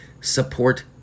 Support